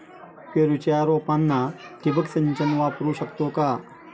पेरूच्या रोपांना ठिबक सिंचन वापरू शकतो का?